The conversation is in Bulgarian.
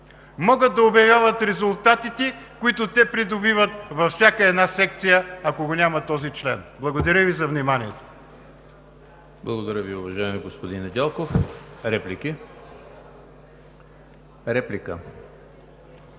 могат да обявяват резултатите, които те придобиват във всяка една секция, ако го няма този член. Благодаря Ви за вниманието.